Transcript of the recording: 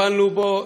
טיפלנו בו.